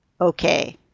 okay